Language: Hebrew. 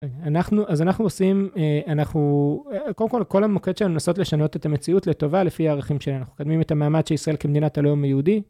אנחנו אז אנחנו עושים אנחנו קודם כל כל המוקד שלנו נסות לשנות את המציאות לטובה לפי הערכים שלנו אנחנו מקדמים את המאמץ שישראל כמדינת הלאומי יהודי